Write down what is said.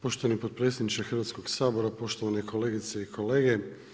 Poštovani potpredsjedniče Hrvatskog sabora, poštovane kolegice i kolege.